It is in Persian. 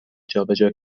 جابجا